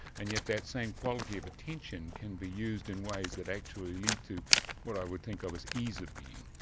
and yet that same quality of attention can be used in ways that actually lead to what i would think of as ease of being.